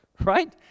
right